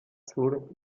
sur